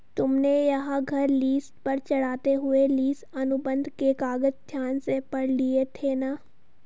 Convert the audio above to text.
तुमने यह घर लीस पर चढ़ाते हुए लीस अनुबंध के कागज ध्यान से पढ़ लिए थे ना?